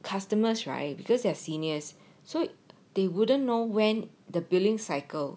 customers right because they are seniors so they wouldn't know when the billing cycle